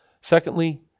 Secondly